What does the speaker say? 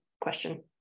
question